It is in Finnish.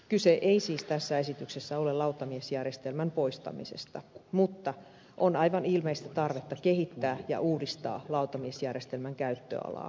kyse ei siis tässä esityksessä ole lautamiesjärjestelmän poistamisesta mutta on aivan ilmeistä tarvetta kehittää ja uudistaa lautamiesjärjestelmän käyttöalaa